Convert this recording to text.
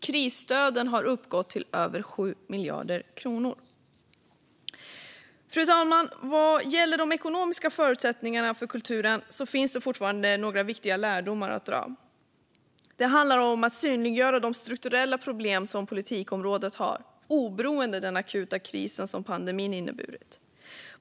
Krisstöden har uppgått till över 7 miljarder kronor. Fru talman! Vad gäller de ekonomiska förutsättningarna för kulturen finns det fortfarande några viktiga lärdomar att dra. Det handlar om att synliggöra de strukturella problem som politikområdet har, oberoende av den akuta kris som pandemin inneburit.